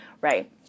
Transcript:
right